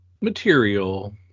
material